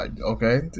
Okay